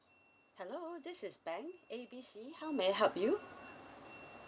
hello this is bank A B C how may I help you